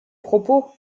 propos